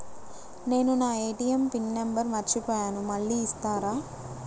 నేను నా ATM pin number మర్చిపోయాను మళ్ళీ ఇస్తారా?